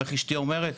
איך אשתי אומרת,